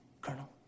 Colonel